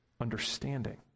understanding